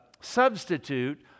substitute